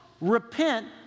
Repent